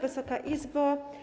Wysoka Izbo!